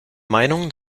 meinung